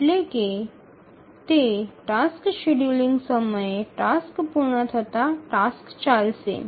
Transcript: যেমন task scheduling সমাপ্তির সময় জানে যে টাস্কটি চলবে